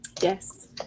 Yes